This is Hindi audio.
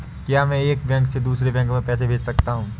क्या मैं एक बैंक से दूसरे बैंक में पैसे भेज सकता हूँ?